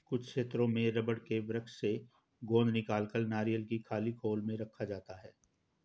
कुछ क्षेत्रों में रबड़ के वृक्ष से गोंद निकालकर नारियल की खाली खोल में रखा जाता है